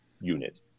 unit